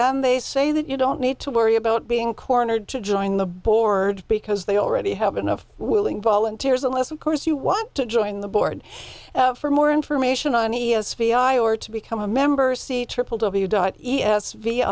and they say that you don't need to worry about being cornered to join the board because they already have enough willing volunteers unless of course you want to join the board for more information on e s p i or to become a member see triple w dot e s v